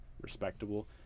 respectable